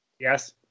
yes